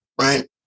right